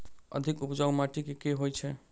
अधिक उपजाउ माटि केँ होइ छै?